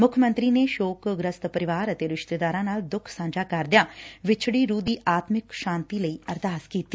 ਮੁੱਖ ਮੰਤਰੀ ਨੇ ਸ਼ੋਕ ਗੁਸਤ ਪਰਿਵਾਰ ਤੇ ਰਿਸ਼ਤੇਦਾਰਾਂ ਨਾਲ ਦੁੱਖ ਸਾਂਝਾ ਕਰਦਿਆਂ ਵਿਛੜੀ ਰੁਹ ਦੀ ਆਤਮਿਕ ਸ਼ਾਂਤੀ ਲਈ ਅਰਦਾਸ ਕੀਤੀ